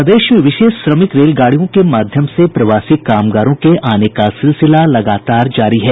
प्रदेश में विशेष श्रमिक रेलगाड़ियों के माध्यम से प्रवासी कामगारों के आने का सिलसिला लगातार जारी है